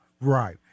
right